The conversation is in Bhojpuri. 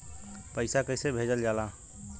पैसा कैसे भेजल जाला?